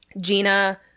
gina